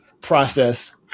process